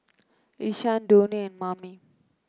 Ishaan Donnie and Mamie